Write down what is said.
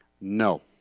No